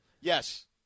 Yes